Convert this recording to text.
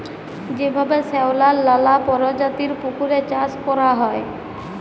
যেভাবে শেঁওলার লালা পরজাতির পুকুরে চাষ ক্যরা হ্যয়